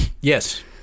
Yes